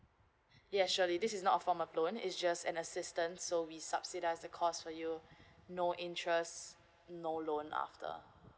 yes surely this is not a form of clone it's just an assistance so we subsidize the cost for you no interest no loan after